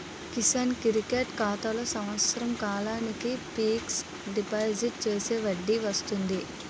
Kisan credit ఖాతాలో సంవత్సర కాలానికి ఫిక్స్ డిపాజిట్ చేస్తే వడ్డీ వస్తుంది